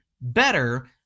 better